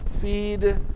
feed